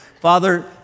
Father